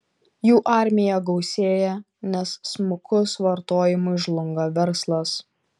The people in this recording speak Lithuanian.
jų armija gausėja nes smukus vartojimui žlunga verslas